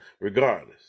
regardless